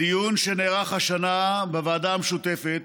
בדיון שנערך השנה בוועדה המשותפת